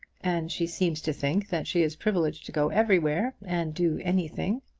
and she seems to think that she is privileged to go everywhere, and do anything.